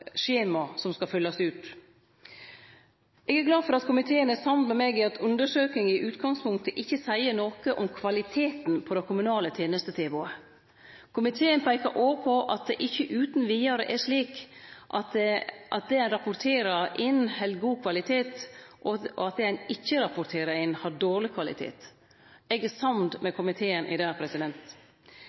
at komiteen er samd med meg i at undersøkinga i utgangspunktet ikkje seier noko om kvaliteten på det kommunale tenestetilbodet. Komiteen peiker òg på at det ikkje utan vidare er slik at det ein rapporterer inn, held god kvalitet, og at det ein ikkje rapporterer inn, har dårleg kvalitet. Eg er samd med komiteen i det.